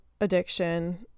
addiction